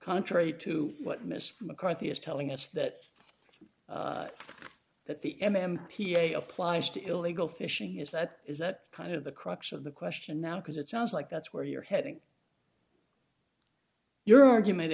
contrary to what mr mccarthy is telling us that that the m m p a applies to illegal fishing is that is that part of the crux of the question now because it sounds like that's where you're heading your argument